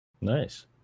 Nice